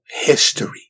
history